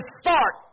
start